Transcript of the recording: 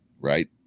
right